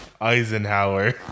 Eisenhower